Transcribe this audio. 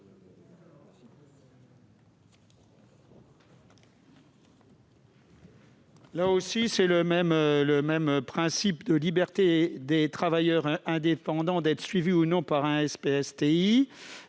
là aussi de garantir le principe de liberté des travailleurs indépendants d'être suivis ou non par un SPSTI.